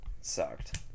Sucked